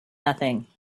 nothing